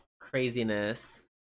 craziness